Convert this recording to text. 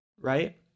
right